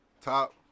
Top